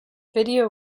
video